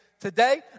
today